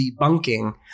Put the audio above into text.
debunking